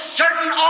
certain